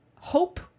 hope